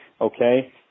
okay